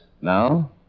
Now